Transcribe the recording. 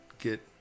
get